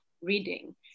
reading